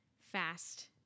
fast